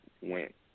went